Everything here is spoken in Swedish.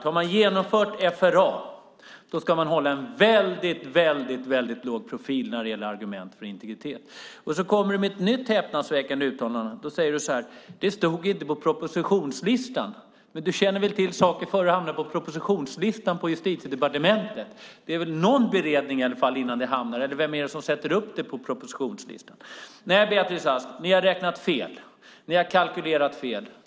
Har man genomfört FRA ska man hålla en väldigt låg profil när det gäller argument för integritet. Nu kommer du med ett nytt häpnadsväckande uttalande: Det stod inte på propositionslistan. Du känner väl till saker innan de hamnar på propositionslistan på Justitiedepartementet. Det är väl någon beredning innan det hamnar där. Vem är det som sätter upp det på propositionslistan? Ni har kalkylerat fel, Beatrice Ask.